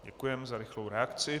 Děkujeme za rychlou reakci.